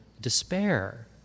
despair